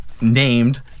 named